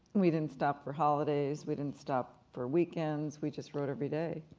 we didn't stop for holidays, we didn't stop for weekends, we just wrote every day.